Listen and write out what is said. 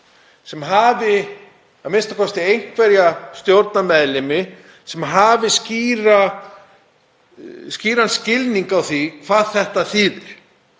sem hafi a.m.k. einhverja stjórnarmeðlimi sem hafi skýran skilning á því hvað þetta þýðir.